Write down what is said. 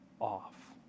off